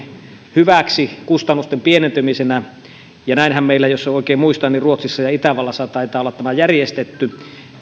hyväksi kustannusten pienentymisenä ja näinhän jos sen oikein muistan ruotsissa ja itävallassa taitaa olla tämä järjestetty